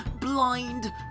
blind